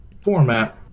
format